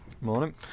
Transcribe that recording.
Morning